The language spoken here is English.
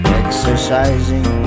exercising